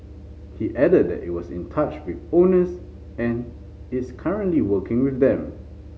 he added that it was in touch with owners and is currently working with them